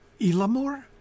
Elamore